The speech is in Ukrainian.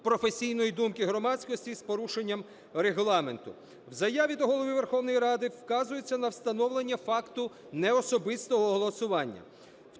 професійної думки громадськості, з порушенням Регламенту. В заяві до Голови Верховної Ради вказується на встановлення факту неособистого голосування.